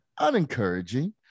unencouraging